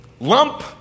lump